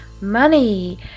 money